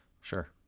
sure